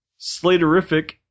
Slaterific